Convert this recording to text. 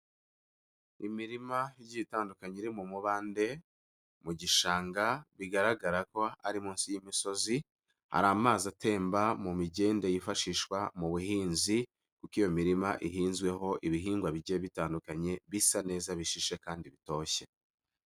Imirima igiye itandukanye iri mu mubande, mu gishanga, bigaragara ko ari munsi y'imisozi, hari amazi atemba mu migende yifashishwa mu buhinzi, kuko iyo mirima ihinzweho ibihingwa bigiye bitandukanye bisa neza bishishe kandi bitoshye.